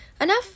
enough